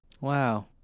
Wow